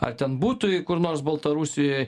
ar ten būtų kur nors baltarusijoj